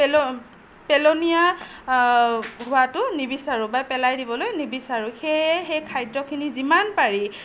পেল পেলনীয়া হোৱাটো নিবিচাৰোঁ বা পেলায় দিবলৈ নিবিচাৰোঁ সেয়ে এই খাদ্যখিনি যিমান পাৰি